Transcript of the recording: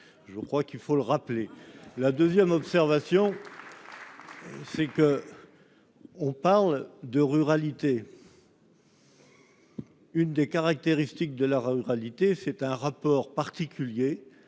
je crois qu'il faut le rappeler la deuxième observation. C'est que, on parle de ruralité. Une des caractéristiques de la ruralité, c'est un rapport particulier